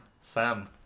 Sam